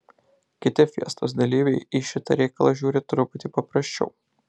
kiti fiestos dalyviai į šitą reikalą žiūri truputį paprasčiau